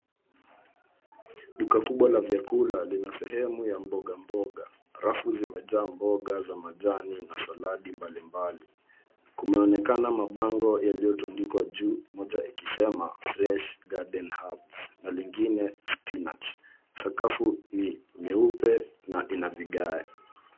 Duka kubwa la vyakula lina sehemu ya mboga mboga. Rafu zimejaa mboga za majani na saladi mbalimbali. Kumeonekana mabango yaliyotundikwa juu moja ikisema fresh[cs garden herbs na lingine spinach . Sakafu ni nyeupe na ina vigae.